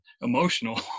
emotional